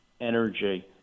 energy